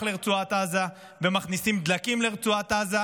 לרצועת עזה ומכניסים דלקים לרצועת עזה,